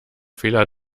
fehler